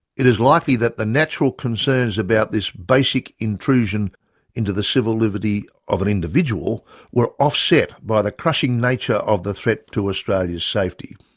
it is likely that the natural concerns about this basic intrusion into the civil liberty of an individual were offset by the crushing nature of the threat to australia's safety.